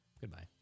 Goodbye